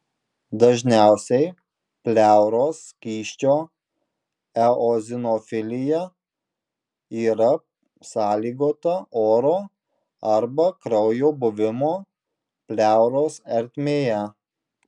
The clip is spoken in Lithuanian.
dažniausiai pleuros skysčio eozinofilija yra sąlygota oro arba kraujo buvimo pleuros ertmėje